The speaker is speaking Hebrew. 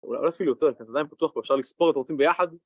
אולי אפילו יותר, כאן זה עדיין פתוח כבר אפשר לספור אתם רוצים ביחד